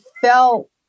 felt